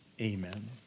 amen